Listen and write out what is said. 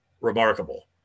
remarkable